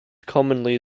commonly